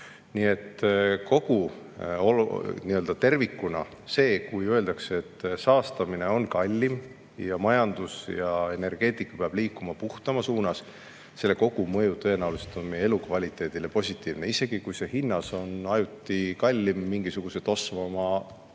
Nii et tervikuna, kui öeldakse, et saastamine on kallim ning majandus ja energeetika peavad liikuma puhtamas suunas, siis selle kogumõju on tõenäoliselt meie elukvaliteedile positiivne, isegi kui hind on ajuti kallim mingisuguse tossavama